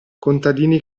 contadini